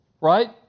Right